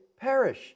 perish